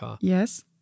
Yes